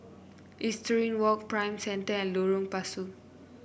Equestrian Walk Prime Center and Lorong Pasu